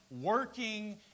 working